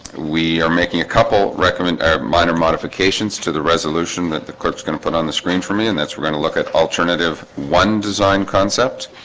we are making a couple recommend minor modifications to the resolution that the clerk's gonna put on the screen for me and that's we're gonna look at alternative one design concept